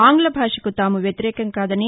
ఆంగ్ల భాషకు తాము వ్యతిరేకం కాదని